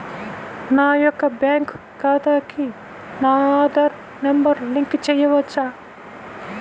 నా యొక్క బ్యాంక్ ఖాతాకి నా ఆధార్ నంబర్ లింక్ చేయవచ్చా?